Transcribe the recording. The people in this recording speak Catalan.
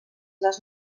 les